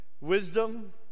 Wisdom